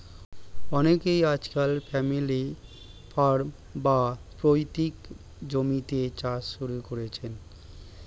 অনেকে আজকাল family farm, বা পৈতৃক জমিতে চাষ শুরু করেছেন